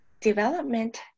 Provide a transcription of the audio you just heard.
development